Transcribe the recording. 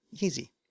Easy